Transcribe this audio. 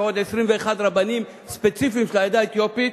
ועוד 21 רבנים ספציפיים של העדה האתיופית,